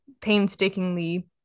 painstakingly